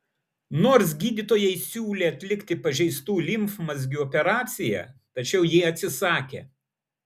nors gydytojai siūlė atlikti pažeistų limfmazgių operaciją tačiau ji atsisakė